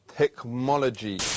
technology